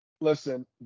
Listen